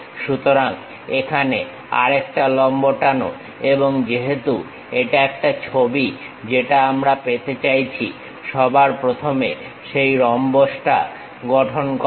সুতরাং এখানে আরেকটা লম্ব টানো এবং যেহেতু এটা একটা ছবি যেটা আমরা পেতে চাইছি সবার প্রথমে সেই রম্বসটা গঠন করো